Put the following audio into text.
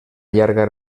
llarga